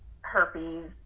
herpes